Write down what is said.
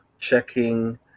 checking